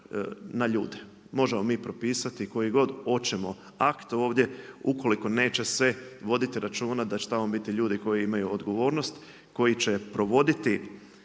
na ljude. Možemo mi propisati koji god hoćemo akt ovdje, ukoliko neće se voditi računa da će tamo biti ljudi koji imaju odgovornost, koji će provoditi